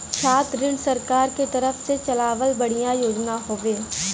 छात्र ऋण सरकार के तरफ से चलावल बढ़िया योजना हौवे